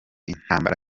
intambara